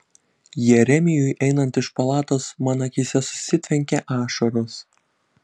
jeremijui einant iš palatos man akyse susitvenkė ašaros